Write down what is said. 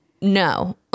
no